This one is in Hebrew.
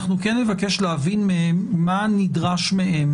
אנחנו כן נבקש להבין מהם מה נדרש מהם